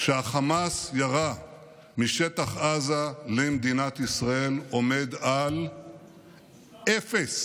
שחמאס ירה משטח עזה למדינת ישראל עומד על אפס.